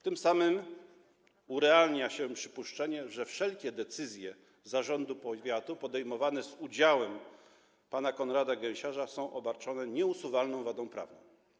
Tym samym urealnia się przypuszczenie, że wszelkie decyzje zarządu powiatu podejmowane z udziałem pana Konrada Gęsiarza są obarczone nieusuwalną wadą prawną.